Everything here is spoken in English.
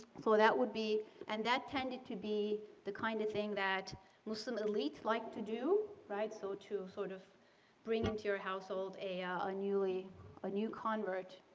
so that would be and that tended to be the kind of thing that muslim elites like to do, right. so to sort of bring into your household a ah a newly a new convert